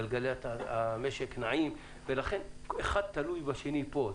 גלגלי המשק נעים, ולכן אחד תלוי בשני פה.